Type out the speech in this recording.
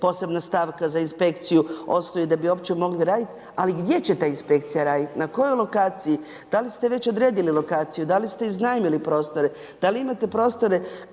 posebna stavka za inspekciju osnuje da bi uopće mogli raditi, ali gdje će ta inspekcija raditi, na kojoj lokaciji, da li ste već odredili lokaciju, da li ste iznajmili prostore, da li imate prostore